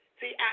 See